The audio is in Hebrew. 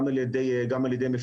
גם על ידי מפקחים.